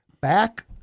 back